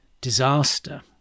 disaster